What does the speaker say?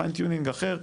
פיין טיונג אחר.